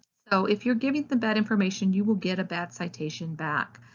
so if you're giving them bad information, you will get a bad citation back.